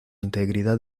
integridad